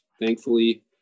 thankfully